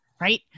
right